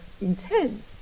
intense